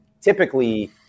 typically